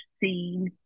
seen